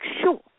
sure